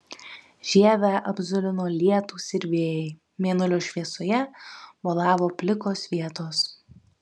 žievę apzulino lietūs ir vėjai mėnulio šviesoje bolavo plikos vietos